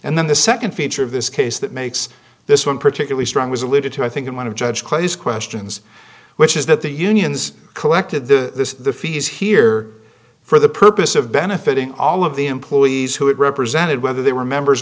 and then the nd feature of this case that makes this one particularly strong was alluded to i think in one of judge clay's questions which is that the unions collected the fees here for the purpose of benefiting all of the employees who it represented whether they were members